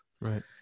Right